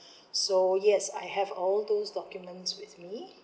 so yes I have all those documents with me